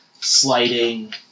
sliding